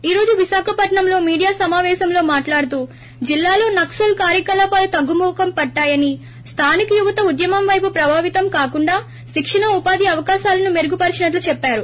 ఈ రోజు విశాఖపట్నంలో మీడియా సమాపేశంలో మాట్లాడుతూ జిల్లాలో నక్పల్ కార్యకలాపాలు తగ్గుముఖం పట్టాయని స్దానిక యువత ఉద్యమం వైపు ప్రభావితం కాకుండా శిక్షణ ఉపాధి అవకాశాలను మెరుగుపరిచినట్లు చెప్పారు